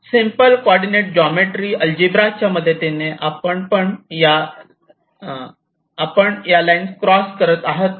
simple coordinate geometry algebra च्या मदतीने आपण या लाइन्स क्रॉस करत आहेत का